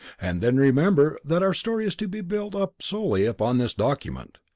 and then remember that our story is to be built up solely upon this document.